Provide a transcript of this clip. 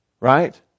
Right